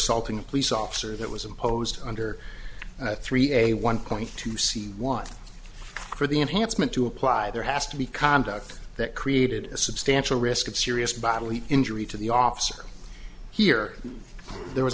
a police officer that was imposed under three a one point to see one for the enhancement to apply there has to be conduct that created a substantial risk of serious bodily injury to the officer here there was